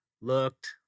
looked